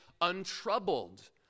untroubled